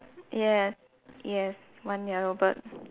yes yes one yellow bird